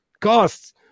costs